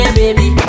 baby